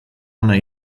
ona